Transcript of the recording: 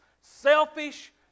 selfish